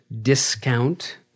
discount